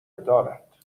دارد